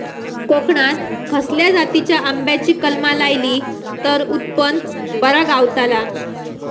कोकणात खसल्या जातीच्या आंब्याची कलमा लायली तर उत्पन बरा गावताला?